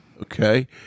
okay